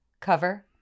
Cover